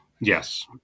Yes